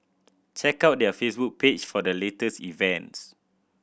check out their Facebook page for the latest events